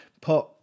put